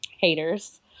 Haters